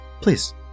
please